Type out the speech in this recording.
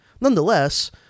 Nonetheless